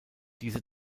diese